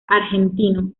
argentino